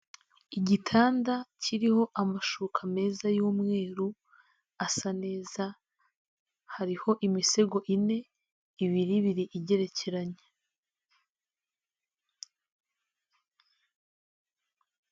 Igitanda kiriho amashuka meza y'umweru asa neza, hariho imisego ine, ibiri ibiri igerekeranye.